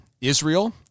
Israel